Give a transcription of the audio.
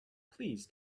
please